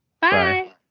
bye